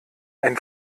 ein